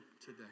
today